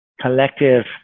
collective